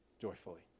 joyfully